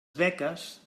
beques